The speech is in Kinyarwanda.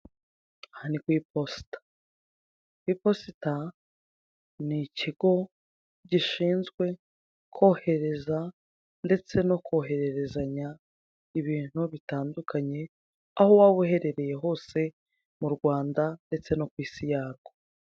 Aha ni ku iposita, iposita ni ikigo gishinzwe kohereza ndetse no kohererezanya ibintu bitandukanye aho waba uherereye hose mu Rwanda ndetse no ku isi yarwo.